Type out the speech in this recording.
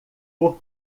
por